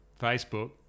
Facebook